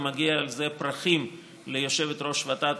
ומגיע על זה פרחים ליושבת-ראש ות"ת,